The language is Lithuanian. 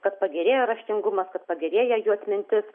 kad pagerėja raštingumas kad pagerėja jų atmintis